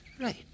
Right